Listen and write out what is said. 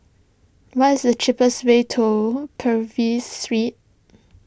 what is the cheapest way to Purvis Street